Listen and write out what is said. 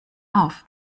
auf